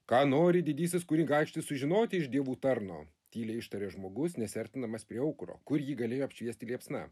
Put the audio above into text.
ką nori didysis kunigaikštis sužinoti iš dievų tarno tyliai ištarė žmogus nesiartindamas prie aukuro kur jį galėjo apšviesti liepsna